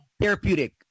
therapeutic